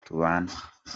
tubana